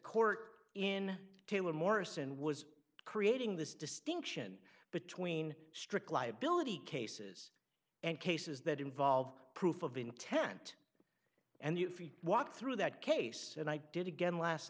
court in taylor morrison was creating this distinction between strict liability cases and cases that involve proof of intent and you walk through that case and i did again last